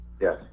Yes